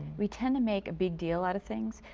we tend to make a big deal out of things.